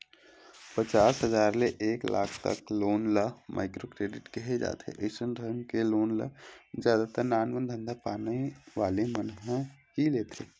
पचास हजार ले एक लाख तक लोन ल माइक्रो क्रेडिट केहे जाथे अइसन ढंग के लोन ल जादा तर नानमून धंधापानी वाले मन ह ही लेथे